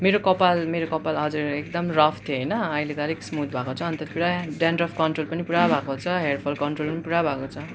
मेरो कपाल मेरो कपाल हजुर एकदम रफ थियो होइन अहिले त अलिक स्मुथ भएको छ अन्त पुरा ड्यान्ड्रफ कन्ट्रोल पनि पुरा भएको छ हेयरफल कन्ट्रोल पनि पुरा भएको छ